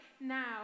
now